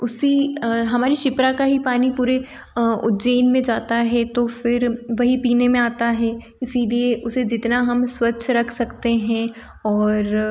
उसी हमारी शिप्रा का ही पानी पूरे उज्जैन में जाता है तो फिर वही पीने में आता है इसलिए उसे जितना हम स्वच्छ रख सकते हैं और